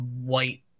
white